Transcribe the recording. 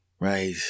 Right